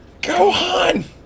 Gohan